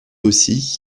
aussi